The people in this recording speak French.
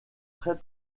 très